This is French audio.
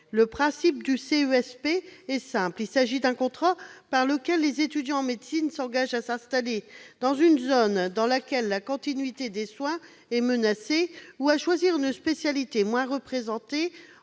Le principe du CESP est simple : il s'agit d'un contrat par lequel les étudiants en médecine s'engagent à s'établir dans une zone dans laquelle la continuité des soins est menacée ou à choisir une spécialité moins représentée,